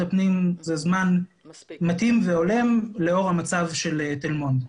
הפנים זה זמן מספיק והולם לאור המצב של תל מונד.